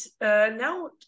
now